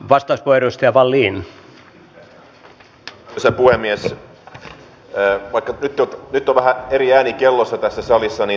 olen valiokunnan kanssa samaa mieltä että puolustusvoimauudistuksen aikana puolustusvoimiin syntyy sekä koulutus että varaosavajetta